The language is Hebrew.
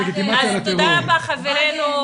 אז תודה רבה חברינו,